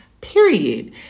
period